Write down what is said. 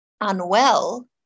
unwell